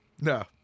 No